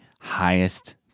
highest